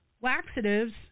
laxatives